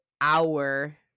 hour